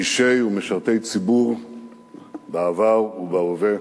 אישי ומשרתי ציבור בעבר ובהווה,